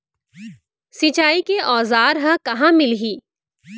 सिंचाई के औज़ार हा कहाँ मिलही?